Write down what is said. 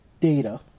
data